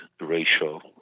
ratio